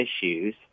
issues